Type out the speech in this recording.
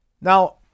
Now